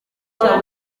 cya